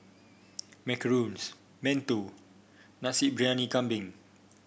macarons mantou Nasi Briyani Kambing